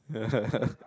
yeah